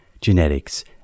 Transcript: genetics